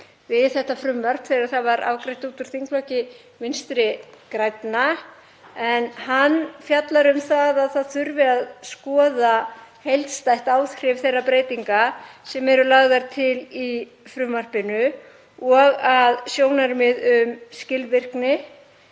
við þetta frumvarp þegar það var afgreitt út úr þingflokki Vinstri grænna, en hann fjallar um að skoða þurfi heildstætt áhrif þeirra breytinga sem eru lagðar til í frumvarpinu og að sjónarmið um skilvirkni